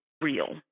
real